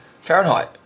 Fahrenheit